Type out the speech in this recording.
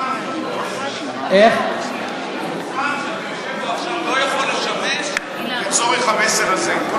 אתה לא יכול להשתמש בדוכן בשביל המסר הזה.